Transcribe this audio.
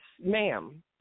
ma'am